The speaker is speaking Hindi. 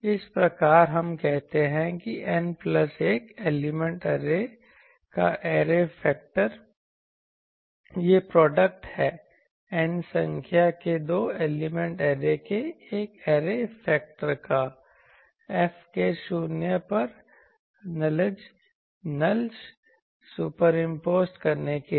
इस प्रकार हम कहते हैं कि n प्लस 1 एलिमेंट ऐरे का ऐरे फेक्टर यह प्रोडक्ट है N संख्या के दो एलिमेंट ऐरे के ऐरे फेक्टर का F के शून्य पर नलज सुपरइंपोजड करने के लिए